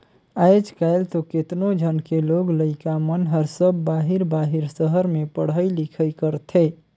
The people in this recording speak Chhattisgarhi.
आयज कायल तो केतनो झन के लोग लइका मन हर सब बाहिर बाहिर सहर में पढ़ई लिखई करथे